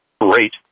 great